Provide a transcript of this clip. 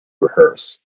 rehearse